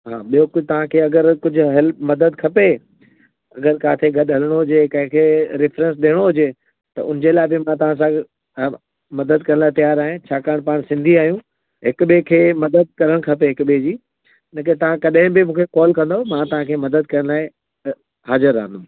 हा ॿियो कुझु तव्हांखे अगरि कुझु हेल्प मदद खपे अगरि किथे गॾु हलिणो हुजे कंहिंखे रेफरंस ॾियणो हुजे त उनजे लाइ बि मां तव्हां सां मदद करण लाइ तयारु आहियां छाकाणि पाण सिंधी आहियूं हिकु ॿिए खे मदद करणु खपे हिकु ॿिए जी मतिलबु तव्हां कॾहिं बि मूंखे कॉल कंदव मां तव्हांखे मदद लाइ हाज़िरु रहंदुमि